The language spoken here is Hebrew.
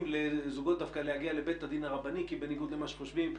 לזוגות דווקא להגיע לבית הדין הרבני כי בניגוד למה שחושבים,